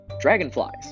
dragonflies